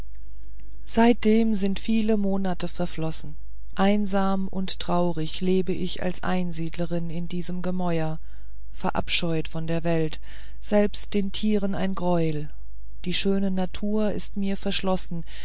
seitdem sind viele monate verflossen einsam und traurig lebe ich als einsiedlerin in diesem gemäuer verabscheut von der welt selbst den tieren ein greuel die schöne natur ist vor mir verschlossen